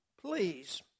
Please